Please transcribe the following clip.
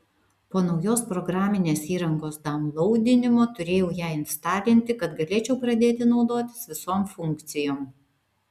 po naujos programinės įrangos daunlaudinimo turėjau ją instalinti kad galėčiau pradėti naudotis visom funkcijom